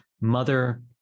mother